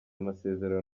amasezerano